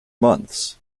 months